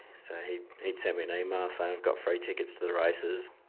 so he'd he'd send me an email saying i've got free tickets to the races